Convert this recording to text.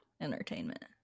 entertainment